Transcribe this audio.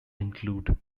include